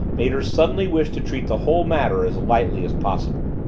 made her suddenly wish to treat the whole matter as lightly as possible.